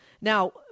Now